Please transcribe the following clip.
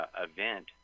event